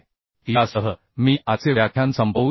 यासह मी आजचे व्याख्यान संपवू इच्छितो